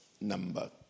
number